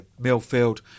millfield